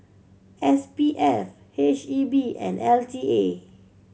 S P F H E B and L T A